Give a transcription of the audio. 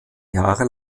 jahre